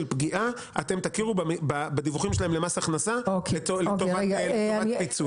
פגיעה אתם תכירו בדיווחים שלהם למס הכנסה לטובת פיצוי.